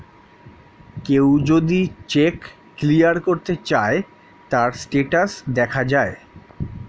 কেউ যদি check clear করতে চায়, তার স্টেটাস দেখা যায়